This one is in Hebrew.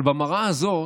אבל במראה הזאת